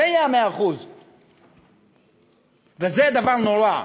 זה יהיה 100%. זה דבר נורא.